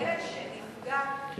ילד שנפגע,